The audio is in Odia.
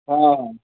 ହଁ